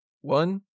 one